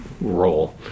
role